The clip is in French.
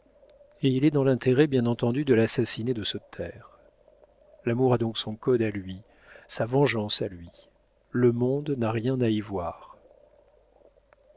et il est dans l'intérêt bien entendu de l'assassiné de se taire l'amour a donc son code à lui sa vengeance à lui le monde n'a rien à y voir